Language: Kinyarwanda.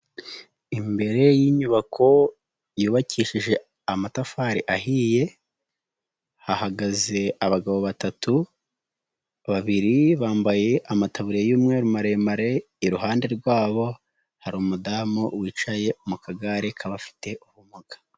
Imbere y'inyubako yubakishije amatafari ahiye, hahagaze abagabo batatu, babiri bambaye amatabuye y'umweru maremare, iruhande rwabo hari umudamu wicaye mu kagare k'abafite ubumuga.